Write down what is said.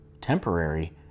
temporary